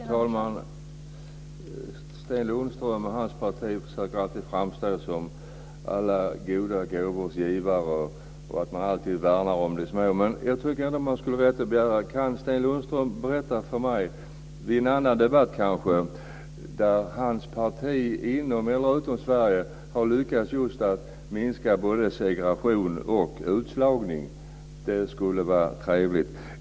Fru talman! Sten Lundström och hans parti försöker alltid framstå som alla goda gåvors givare. Man värnar alltid om de små. Jag tycker ändå att jag har rätt att begära att Sten Lundström berättar för mig - kanske under en annan debatt - om hans parti inom eller utanför Sverige har lyckats att minska både segregation och utslagning. Det skulle vara trevligt.